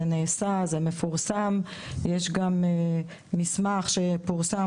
זה נעשה, זה מפורסם ויש גם מסמך שפורסם.